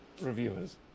Reviewers